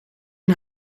een